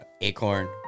Acorn